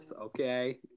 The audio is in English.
okay